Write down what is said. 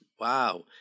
wow